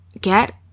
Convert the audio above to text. get